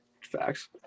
Facts